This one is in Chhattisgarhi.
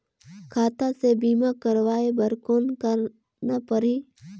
खाता से बीमा करवाय बर कौन करना परही?